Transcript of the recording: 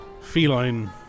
feline